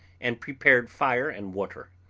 and prepared fire and water.